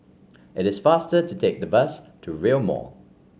it is faster to take the bus to Rail Mall